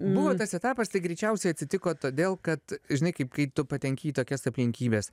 buvo tas etapas tai greičiausiai atsitiko todėl kad žinai kaip kai tu patenki į tokias aplinkybes